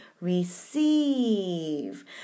receive